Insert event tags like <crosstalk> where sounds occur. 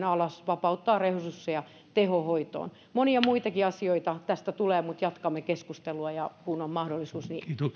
<unintelligible> alas vapauttaa resursseja tehohoitoon monia muitakin asioita tästä tulee jatkamme keskustelua kun on mahdollisuus